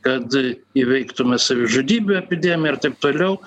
kad įveiktume savižudybių epidemiją ir taip toliau